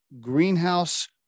greenhouse